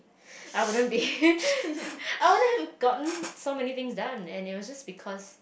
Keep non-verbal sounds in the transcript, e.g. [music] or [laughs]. I wouldn't be [laughs] I wouldn't have gotten so many things done and it was just because